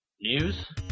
news